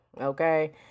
okay